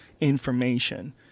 information